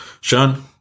Sean